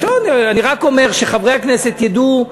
אני רק אומר, שחברי הכנסת ידעו,